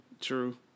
True